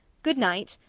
good-night!